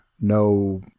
no